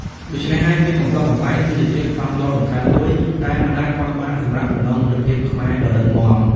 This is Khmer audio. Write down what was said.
ដូច្នេះហើយ ភាពកំប្លុកកំប្លែងគឺជាធាតុផ្សំដ៏សំខាន់មួយដែលមិនអាចខ្វះបានសម្រាប់ចំណងមិត្តភាពខ្មែរដ៏រឹងមាំ។